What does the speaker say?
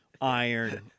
iron